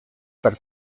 per